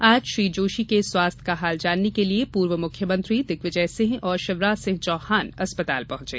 आज श्री जोशी के स्वास्थ्य का हाल जानने के लिये पूर्व मुख्यमंत्री दिग्विजय सिंह और शिवराज सिंह चौहान अस्पताल पहुंचे